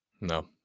No